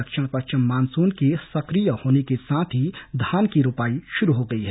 दक्षिण पश्चिम मानूसन के सक्रिय होने के साथ ही धान की रोपाई शुरू हो गई है